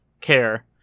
care